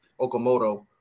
Okamoto